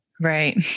Right